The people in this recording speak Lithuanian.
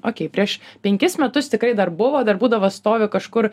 okei prieš penkis metus tikrai dar buvo dar būdavo stovi kažkur